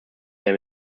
der